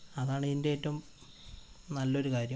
അതാണ് ഇതിൻ്റെ ഏറ്റവും നല്ലൊരു കാര്യം